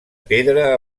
pedra